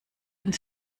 ins